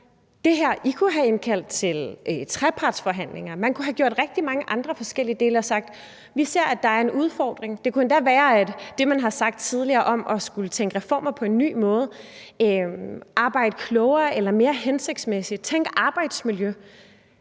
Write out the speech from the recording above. kunne have indkaldt til trepartsforhandlinger, man kunne have gjort rigtig mange andre forskellige ting og sagt: Vi ser, der er en udfordring. Det kunne endda være, at det, man har sagt tidligere om at skulle tænke reformer på en ny måde og arbejde klogere eller mere hensigtsmæssigt og tænke i arbejdsmiljø,